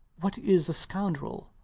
what is a scoundrel?